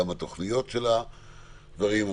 גם התוכניות של הדברים.